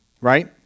Right